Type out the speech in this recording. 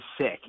sick